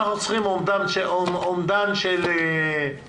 אנחנו צריכים אומדן של הוצאות.